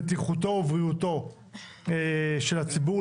בטיחותו או בריאותו של הציבור,